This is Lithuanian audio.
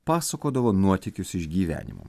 pasakodavo nuotykius iš gyvenimo